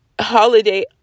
holiday